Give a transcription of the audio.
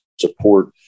support